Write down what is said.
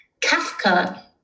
Kafka